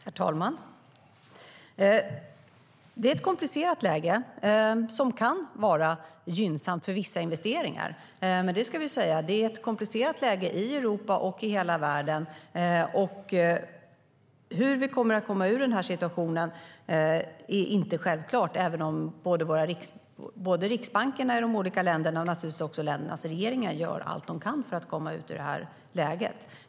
Herr talman! Det är ett komplicerat läge som kan vara gynnsamt för vissa investeringar. Men vi ska säga att det är ett komplicerat läge, i Europa och hela världen. Och hur vi kommer att komma ur situationen är inte självklart även om både riksbankerna i de olika länderna och naturligtvis också ländernas regeringar gör allt de kan för att komma ur läget.